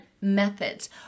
methods